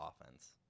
offense